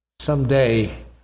Someday